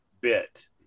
bit